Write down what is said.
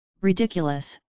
Ridiculous